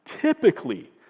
typically